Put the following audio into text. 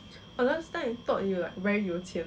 me